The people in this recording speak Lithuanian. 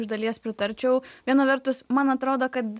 iš dalies pritarčiau viena vertus man atrodo kad